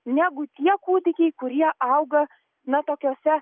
negu tie kūdikiai kurie auga na tokiose